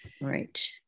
Right